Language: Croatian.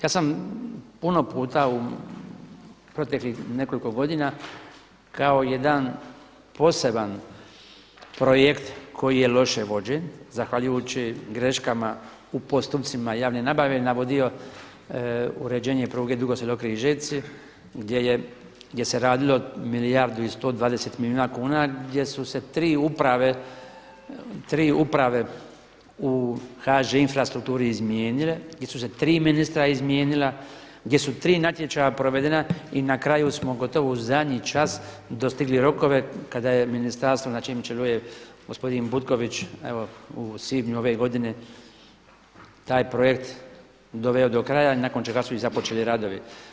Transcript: Ja sam puno puta u proteklih nekoliko godina, kao jedan poseban projekt koji je loše vođen zahvaljujući greškama u postupcima javne nabave, navodio uređenje pruge Dugo Selo – Križevci gdje se radilo o milijardu i 120 milijuna kuna gdje su se tri uprave u HŽ infrastrukturi izmijenile, gdje su se tri ministra izmijenila, gdje su tri natječaja provedena i na kraju smo gotovo u zadnji čas dostigli rokove kada je ministarstvo na čijem čelu je gospodin Butković evo u svibnju ove godine taj projekt doveo do kraja nakon čega su i započeli radovi.